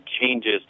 changes